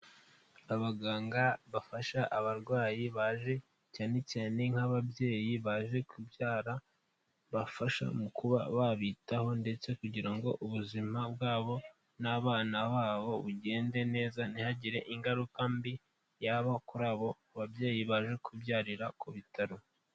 Abaganga bafasha abarwayi baje cyane cyane, nk'ababyeyi baje kubyara, bafasha mu kuba babitaho ndetse kugira ngo ubuzima bwabo n'abana babo bugende neza, ntihagire ingaruka mbi yaba kuri abo babyeyi baje kubyarira ku bitaro.